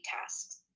tasks